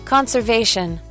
Conservation